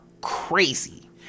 crazy